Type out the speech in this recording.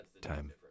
time